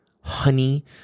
honey